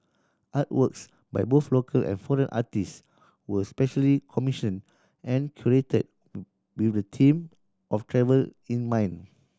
artworks by both local and foreign artists were specially commissioned and curated with the theme of travel in mind